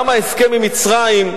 גם ההסכם עם מצרים,